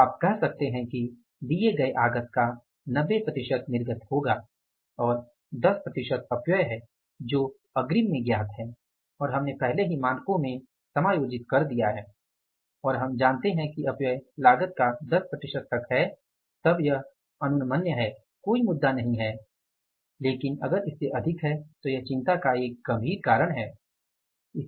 तो आप कह सकते हैं कि दिए गए आगत का 90 निर्गत होगा और 10 अपव्यय है जो अग्रिम में ज्ञात है और हमने पहले ही मानकों को समायोजित कर लिया है और हम जानते हैं कि अपव्यय आगत का 10 तक है तब यह अनुमन्य है कोई मुद्दा नहीं है लेकिन अगर यह इससे अधिक है तो यह चिंता का एक गंभीर कारण है